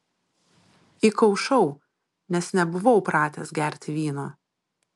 įkaušau nes nebuvau pratęs gerti vyno